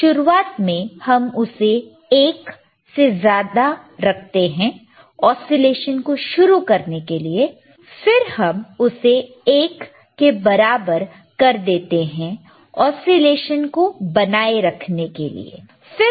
शुरुआत में हम उसे 1 से ज्यादा रखते हैं ओसीलेशन को शुरू करने के लिए और फिर हम उसे 1 के बराबर कर देते हैं ओसीलेशन को बनाए रखने सस्टेन sustain के लिए